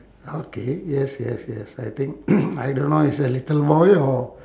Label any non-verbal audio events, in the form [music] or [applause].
okay yes yes yes I think [noise] I don't know it's a little boy or